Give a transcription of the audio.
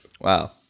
Wow